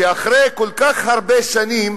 שאחרי כל כך הרבה שנים